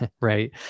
Right